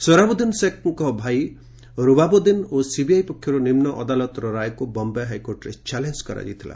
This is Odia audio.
ଶୋହରାବୁଦ୍ଦିନ୍ ଶେଖ୍ଙ୍କ ଭାଇ ରୁବାବୁଦ୍ଦିନ ଓ ସିବିଆଇ ପକ୍ଷରୁ ନିମ୍ନ ଅଦାଲତର ରାୟକୁ ବମ୍ବେ ହାଇକୋର୍ଟରେ ଚାଲେଞ୍ଜ କରାଯାଇଥିଲା